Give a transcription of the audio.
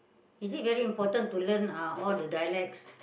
is it very important to learn uh all the dialects